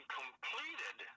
completed